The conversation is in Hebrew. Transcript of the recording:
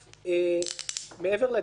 מעבר לדיווח,